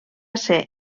ser